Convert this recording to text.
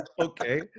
Okay